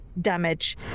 damage